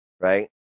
right